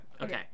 okay